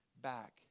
back